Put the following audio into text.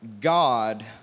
God